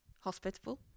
Hospitable